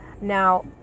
Now